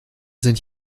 sind